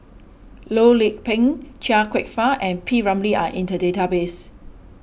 Loh Lik Peng Chia Kwek Fah and P Ramlee are in the database